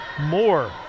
more